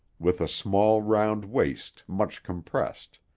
with a small, round waist much compressed.